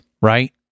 right